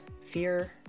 fear